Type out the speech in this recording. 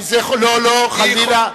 לא, לא, חלילה.